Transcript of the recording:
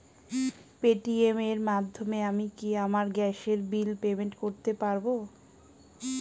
Paytm এর মাধ্যমে আমি কি আমার গ্যাসের বিল পেমেন্ট করতে পারব?